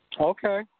Okay